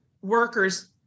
workers